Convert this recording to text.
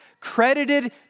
credited